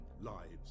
lives